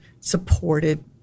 supported